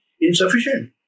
insufficient